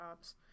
jobs